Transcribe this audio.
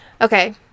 Okay